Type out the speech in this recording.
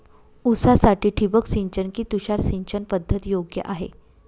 ऊसासाठी ठिबक सिंचन कि तुषार सिंचन पद्धत योग्य आहे?